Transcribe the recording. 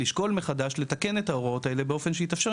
לשקול מחדש לתקן את ההוראות האלה באופן שיתאפשר